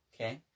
Okay